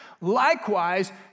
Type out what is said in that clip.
Likewise